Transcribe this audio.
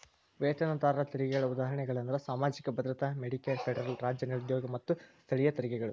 ವೇತನದಾರರ ತೆರಿಗೆಗಳ ಉದಾಹರಣೆಗಳಂದ್ರ ಸಾಮಾಜಿಕ ಭದ್ರತಾ ಮೆಡಿಕೇರ್ ಫೆಡರಲ್ ರಾಜ್ಯ ನಿರುದ್ಯೋಗ ಮತ್ತ ಸ್ಥಳೇಯ ತೆರಿಗೆಗಳು